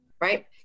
Right